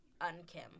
un-Kim